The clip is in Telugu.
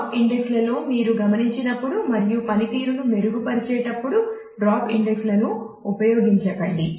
డ్రాప్ ఇండెక్స్లలో మీరు గమనించినప్పుడు మరియు పనితీరును మెరుగుపరిచేటప్పుడు డ్రాప్ ఇండెక్స్ లను ఉపగించకండి